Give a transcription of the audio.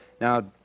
Now